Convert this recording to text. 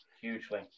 Hugely